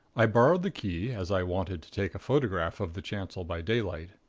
i borrowed the key, as i wanted to take a photograph of the chancel by daylight.